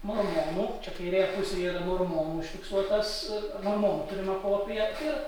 mormonų čia kairėje pusėje yra mormonų užfiksuotas mormonų turime kopiją ir